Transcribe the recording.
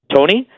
Tony